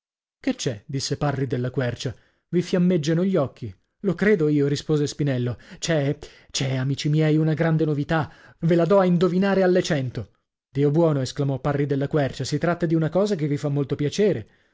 che c'è disse parri della quercia vi fiammeggiano gli occhi lo credo io rispose spinello c'è c'è amici miei una grande novità ve la dò a indovinare alle cento dio buono esclamò parri della quercia si tratta di una cosa che vi fa molto piacere